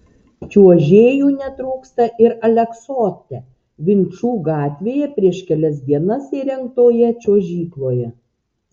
čiuožėjų netrūksta ir aleksote vinčų gatvėje prieš kelias dienas įrengtoje čiuožykloje